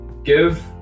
Give